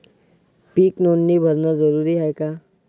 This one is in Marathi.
पीक नोंदनी भरनं जरूरी हाये का?